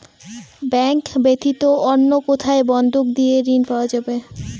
Bank ব্যাতীত অন্য কোথায় বন্ধক দিয়ে ঋন পাওয়া যাবে?